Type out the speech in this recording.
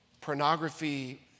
Pornography